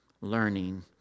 learning